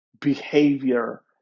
behavior